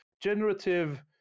Generative